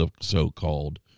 so-called